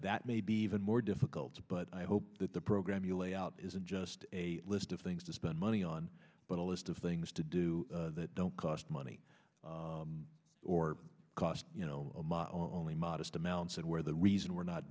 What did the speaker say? that may be even more difficult but i hope that the program you lay out isn't just a list of things to spend money on but a list of things to do that don't cost money or cost only modest amounts and where the reason we're not